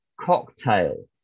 cocktail